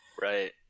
right